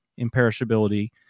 imperishability